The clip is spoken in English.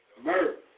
murder